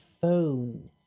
phone